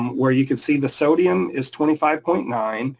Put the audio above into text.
where you can see the sodium is twenty five point nine,